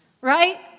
Right